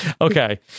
Okay